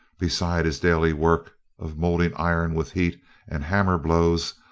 beside his daily work of molding iron with heat and hammer-blows,